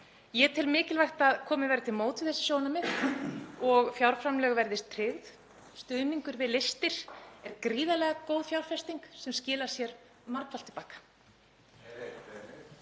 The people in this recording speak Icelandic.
Ég tel mikilvægt að komið verði til móts við sjónarmið og fjárframlög verði tryggð. Stuðningur við listir er gríðarlega góð fjárfesting sem skilar sér margfalt til baka.